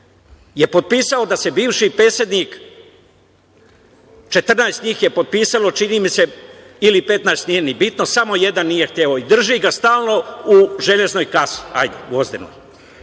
je potpisao da se bivši predsednik, 14 njih je potpisalo, čini mi se, ili 15 nije ni bitno, samo jedan nije hteo i drži ga stalno u železnoj kasi,